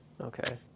okay